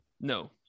No